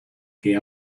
que